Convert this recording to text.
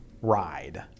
ride